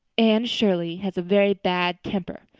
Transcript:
ann shirley has a very bad temper.